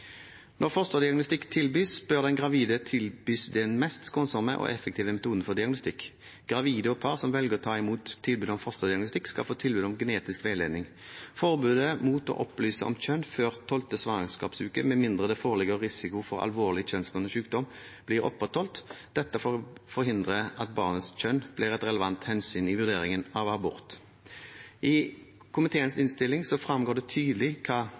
Når fosterdiagnostikk tilbys, bør den gravide tilbys den mest skånsomme og effektive metoden for diagnostikk. Gravide og par som velger å ta imot tilbud om fosterdiagnostikk, skal få tilbud om genetisk veiledning. Forbudet mot å opplyse om kjønn før 12. svangerskapsuke, med mindre det foreligger risiko for alvorlig kjønnsbunden sykdom, blir opprettholdt. Dette forhindrer at barnets kjønn blir et relevant hensyn i vurderingen av abort. I komiteens innstilling fremgår det tydelig hva